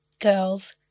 girls